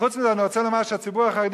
וחוץ מזה אני רוצה לומר שהציבור החרדי